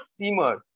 seamer